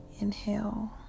Inhale